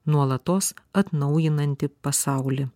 nuolatos atnaujinanti pasaulį